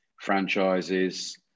franchises